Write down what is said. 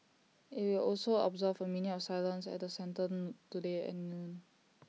IT will also observe A minute of silence at the centre today at noon